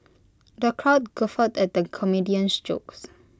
the crowd guffawed at the comedian's jokes